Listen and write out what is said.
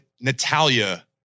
Natalia